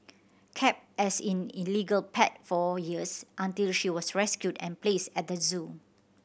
kept as in illegal pet for years until she was rescued and placed at the zoo